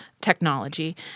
technology